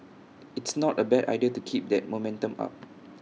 it's not A bad idea to keep that momentum up